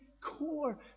core